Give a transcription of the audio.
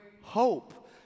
hope